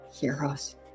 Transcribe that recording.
heroes